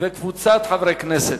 חוק ומשפט.